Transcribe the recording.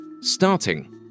starting